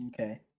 okay